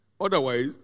Otherwise